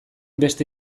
beste